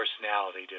personality